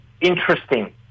interesting